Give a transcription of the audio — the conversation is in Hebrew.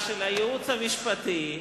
הייעוץ המשפטי,